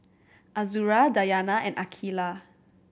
Azura Dayana and Aqeelah